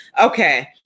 okay